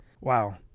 wow